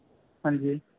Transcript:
हां जी